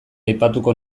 aipatuko